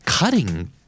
Cutting